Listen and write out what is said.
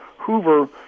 Hoover